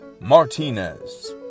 martinez